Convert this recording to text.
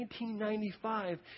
1995